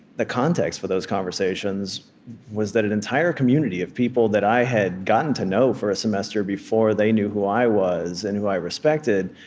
the context for those conversations was that an entire community of people that i had gotten to know for a semester before they knew who i was, and who i respected,